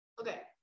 Okay